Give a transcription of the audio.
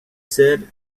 said